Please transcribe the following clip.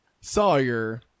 Sawyer